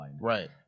right